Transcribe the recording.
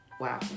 Wow